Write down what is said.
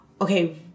okay